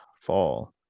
fall